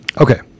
Okay